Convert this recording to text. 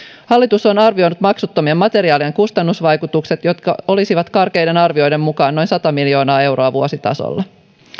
hallitus on arvioinut maksuttomien materiaalien kustannusvaikutukset jotka olisivat karkeiden arvioiden mukaan noin sata miljoonaa euroa vuositasolla